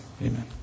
Amen